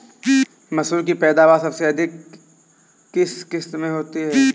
मसूर की पैदावार सबसे अधिक किस किश्त में होती है?